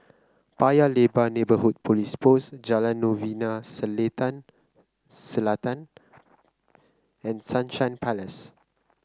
Paya Lebar Neighbourhood Police Post Jalan Novena Selatan and Sunshine Place